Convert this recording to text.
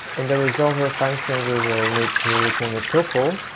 in the resolver function, we will need to return a tuple,